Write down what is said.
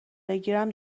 بگیرم